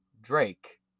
Drake